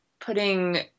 putting